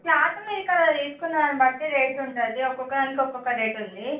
cloth మీరిక్కడ తీసుకున్న దాన్ని బట్టి రేట్ ఉంటుంది ఒకొక్క దానికి ఒక్కొక్క రేట్ ఉంది